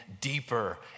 deeper